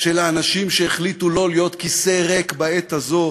של האנשים שהחליטו שלא להיות כיסא ריק בעת הזאת,